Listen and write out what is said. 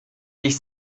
ich